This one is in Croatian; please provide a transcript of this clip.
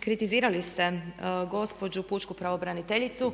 kritizirali ste gospođu pučku pravobraniteljicu